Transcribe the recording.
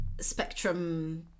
spectrum